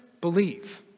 believe